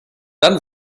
dann